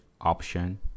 option